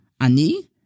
Ani